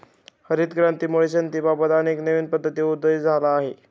हरित क्रांतीमुळे शेतीबाबत अनेक नवीन पद्धतींचा उदय झाला आहे